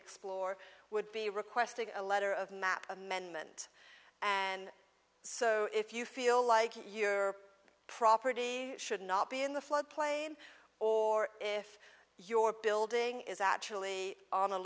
explore would be requesting a letter of map amendment and so if you feel like your property should not be in the floodplain or if your building is actually on a